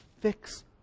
fix